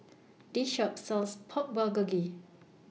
This Shop sells Pork Bulgogi